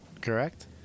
correct